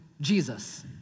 Jesus